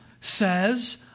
says